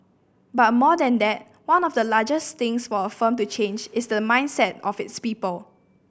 but more than that one of the largest things for a firm to change is the mindset of its people